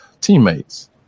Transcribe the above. teammates